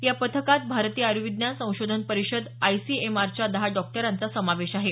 या पथकात भारतीय आयुर्विज्ञान संशोधन परिषद आयसीएमआरच्या दहा डॉक्टरांचा समावेश आहे